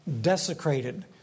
desecrated